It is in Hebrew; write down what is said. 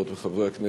חברות וחברי הכנסת,